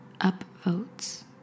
upvotes